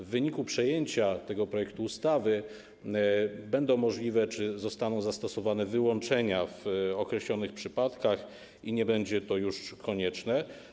W wyniku przyjęcia tego projektu ustawy będą możliwe czy zostaną zastosowane wyłączenia w określonych przypadkach i nie będzie to już konieczne.